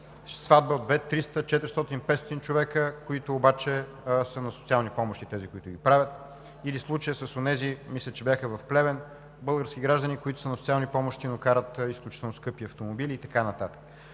сватба от 300, 400, 500 човека, които обаче са на социални помощи, или случаят с онези – мисля, че бяха в Плевен, български граждани, които са на социални помощи, но карат изключително скъпи автомобили и така нататък.